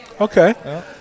Okay